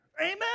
amen